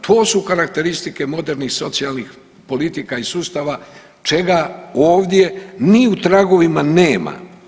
To su karakteristike modernih socijalnih politika i sustava čega ovdje ni u tragovima nema.